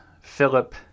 Philip